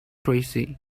tracy